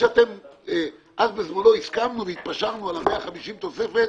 אז בזמנו הסכמנו והתפשרנו על ה-150 תוספת,